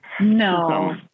No